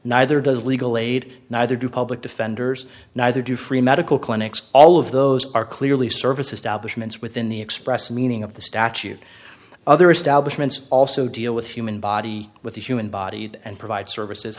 neither does legal aid neither do public defenders neither do free medical clinics all of those are clearly service establishment within the express meaning of the statute other establishments also deal with human body with the human body and provide services